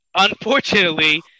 Unfortunately